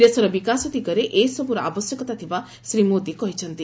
ଦେଶର ବିକାଶ ଦିଗରେ ଏସବୁର ଆବଶ୍ୟକତା ଥିବା ଶ୍ରୀ ମୋଦି କହିଛନ୍ତି